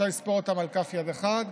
אפשר לספור אותם על כף יד אחת.